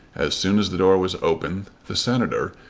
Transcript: as soon as the door was open the senator,